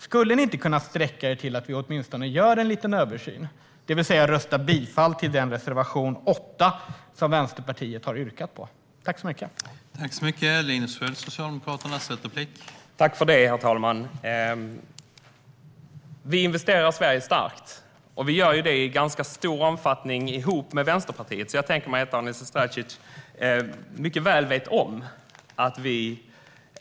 Skulle ni inte kunna sträcka er till att vi åtminstone gör en liten översyn, det vill säga att ni bifaller Vänsterpartiets reservation 8 som vi har yrkat bifall till?